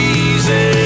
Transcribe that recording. easy